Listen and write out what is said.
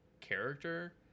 character